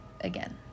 again